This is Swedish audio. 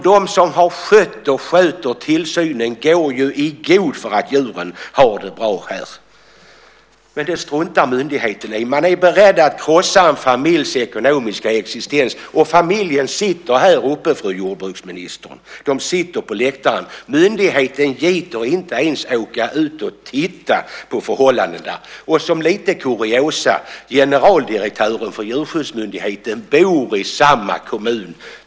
De som har skött och sköter tillsynen går ju i god för att djuren har det bra här. Men det struntar myndigheten i. Man är beredd att krossa en familjs ekonomiska existens. Familjen sitter här uppe på läktaren, fru jordbruksminister! Myndigheten gitter inte ens åka ut och titta på förhållandena. Som lite kuriosa kan jag säga att generaldirektören för Djurskyddsmyndigheten bor i samma kommun.